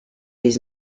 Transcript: his